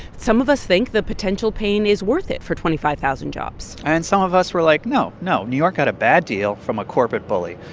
some of us think the potential pain is worth it for twenty five thousand jobs ah and some of us were like, no, no. new york got a bad deal from a corporate bully.